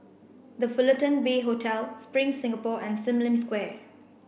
The Fullerton Bay Hotel Spring Singapore and Sim Lim Square